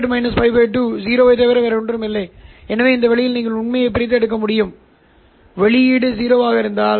எனவே எனக்கு மைனஸ் கிடைக்கிறது நான் அந்த பகுதியை மட்டுமே எழுதுவேன் எனவே ej யின் உண்மையான பகுதியை நான் மிகவும் ஒத்ததாகப் பெறுகிறேன்